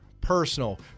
personal